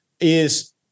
is-